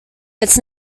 its